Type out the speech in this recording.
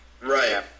right